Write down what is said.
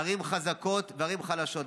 ערים חזקות וערים חלשות.